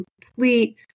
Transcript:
complete